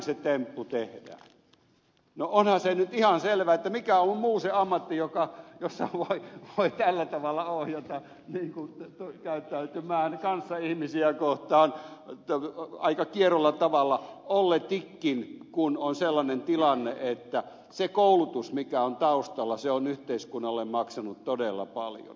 no onhan se nyt ihan selvä että mikä on muu ammatti jossa voi tällä tavalla ohjata käyttäytymään kanssaihmisiä kohtaan aika kierolla tavalla olletikin kun on sellainen tilanne että se koulutus mikä on taustalla on yhteiskunnalle maksanut todella paljon